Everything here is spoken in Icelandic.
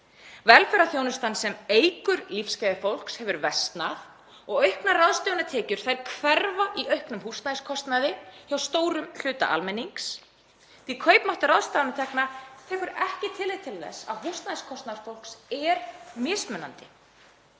Velferðarþjónustan sem eykur lífsgæði fólks hefur versnað og auknar ráðstöfunartekjur hverfa í auknum húsnæðiskostnaði hjá stórum hluta almennings, því kaupmáttur ráðstöfunartekna tekur ekki tillit til þess að húsnæðiskostnaður fólks er mismunandi.